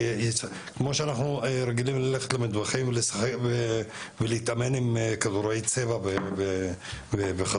כמו שאנחנו רגילים ללכת למטווחים ולהתאמן עם כדורי צבע וכדומה.